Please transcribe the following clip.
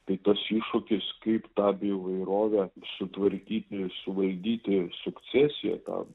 tai tas iššūkis kaip tą bioįvairovę sutvarkyti suvaldyti sukcesiją tą